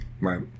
Right